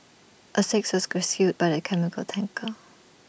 A sixth was rescued by the chemical tanker